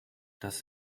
dass